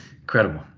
Incredible